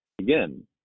again